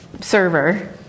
server